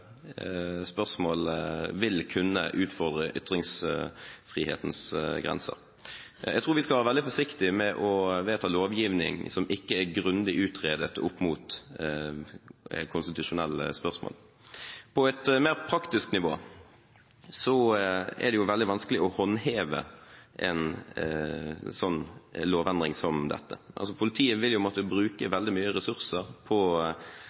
vil kunne utfordre ytringsfrihetens grenser. Jeg tror vi skal være veldig forsiktige med å vedta lovgivning som ikke er grundig utredet opp mot konstitusjonelle spørsmål. På et mer praktisk nivå er det veldig vanskelig å håndheve en sånn lovendring som dette. Politiet vil måtte bruke veldig mye ressurser på